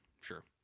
sure